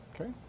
okay